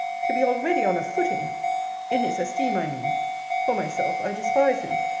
to be already on a footing in his esteem, i mean for myself, i despise him.